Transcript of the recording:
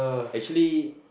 actually